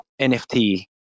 NFT